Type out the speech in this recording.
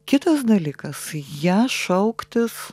kitas dalykas ją šauktis